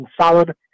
solid